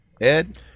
Ed